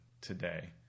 today